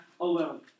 alone